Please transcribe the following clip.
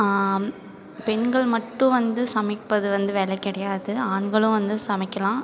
பெண்கள் மட்டும் வந்து சமைப்பது வந்து வேலை கிடையாது ஆண்களும் வந்து சமைக்கலாம்